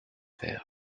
fer